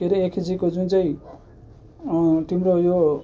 के अरे एकेजीको जुन चाहिँ तिम्रो यो